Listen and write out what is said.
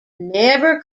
never